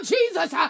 Jesus